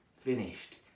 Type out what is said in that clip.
finished